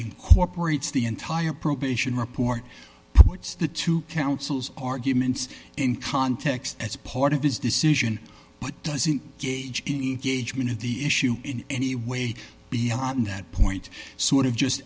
incorporates the entire probation report puts the two councils arguments in context as part of his decision but doesn't gauge any gauge mean of the issue in any way beyond that point sort of just